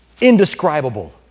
indescribable